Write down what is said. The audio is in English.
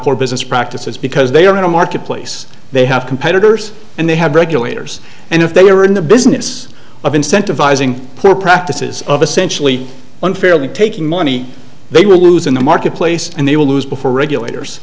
their business practices because they are going to marketplace they have competitors and they have regulators and if they were in the business of incentivizing practices of essentially unfairly taking money they would lose in the marketplace and they will lose before regulators